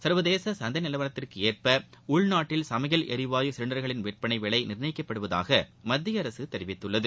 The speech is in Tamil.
சர்வதேச சந்தை நிலவரத்திற்கு ஏற்ப உள்நாட்டில் சமையல் எரிவாயு சிலிண்டர்களின் விற்பனை விலை நிர்ணயிக்கப்படுவதாக மத்திய அரசு தெரிவித்துள்ளது